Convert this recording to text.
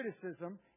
criticism